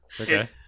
Okay